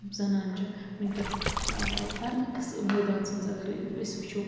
زنان چہِ وٕنۍکٮ۪س پرنٕکِس مٲدانس منٛز اگر أسۍ وٕچھو